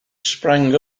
sprang